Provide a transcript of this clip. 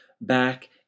back